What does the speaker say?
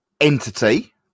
entity